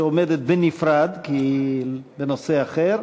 שעומדת בנפרד כי היא בנושא אחר: